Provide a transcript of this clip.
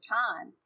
time